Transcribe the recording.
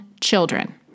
children